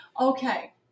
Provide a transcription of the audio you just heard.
Okay